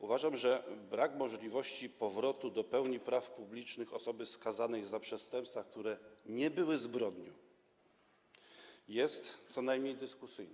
Uważam, że brak możliwości powrotu do pełni praw publicznych osoby skazanej za przestępstwa, które nie były zbrodnią, jest co najmniej dyskusyjny.